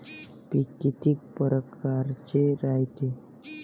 पिकं किती परकारचे रायते?